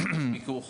של מיקור חוץ?